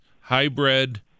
hybrid